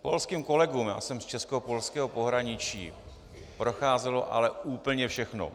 Polským kolegům jsem z českopolského pohraničí procházelo ale úplně všechno.